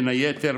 בין היתר,